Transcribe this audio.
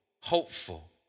Hopeful